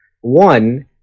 One